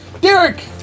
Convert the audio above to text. Derek